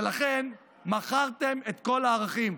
ולכן, מכרתם את כל הערכים.